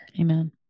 Amen